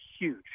huge